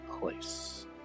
place